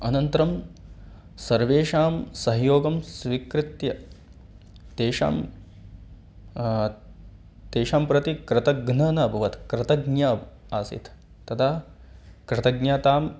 अनन्तरं सर्वेषां सहयोगं स्वीकृत्य तेषां तेषां प्रति कृतघ्नः न अभवत् कृतज्ञः आसीत् तदा कृतज्ञताम्